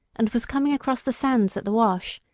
and was coming across the sands at the wash,